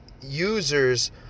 users